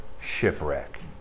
shipwreck